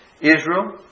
Israel